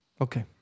Okay